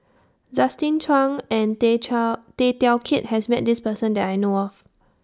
Justin Zhuang and Tay Tay Teow Kiat has Met This Person that I know of